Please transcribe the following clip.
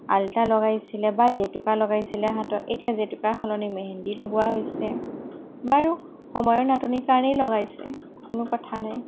আলতা লগাইছিলে বা জেতুকা লগাইছিলে হাতত এতিয়া জেতুকাৰ সলনি মেহেন্দি লগোৱা হৈছে বাৰু সময়ৰ নাটনিৰ কাৰণেই লগাইছে কোনো কথা নাই